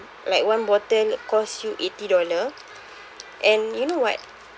like one bottle cost you eighty dollar and you know what